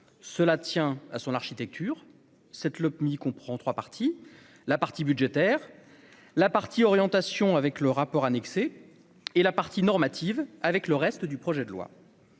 cela tient à son architecture 7 Lopmi comprend 3 parties : la partie budgétaire la partie orientation avec le rapport annexé et la partie normative avec le reste du projet de loi